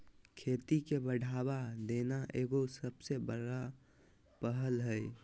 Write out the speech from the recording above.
खेती के बढ़ावा देना एगो सबसे बड़ा पहल हइ